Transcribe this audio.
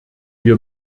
wir